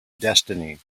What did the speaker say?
destiny